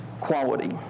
quality